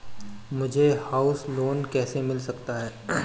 मुझे house loan कैसे मिल सकता है?